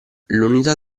l’unità